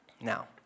Now